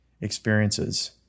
experiences